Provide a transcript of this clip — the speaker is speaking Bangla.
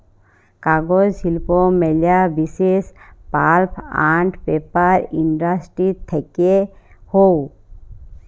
কাগজ শিল্প ম্যালা বিসেস পাল্প আন্ড পেপার ইন্ডাস্ট্রি থেক্যে হউ